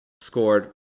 scored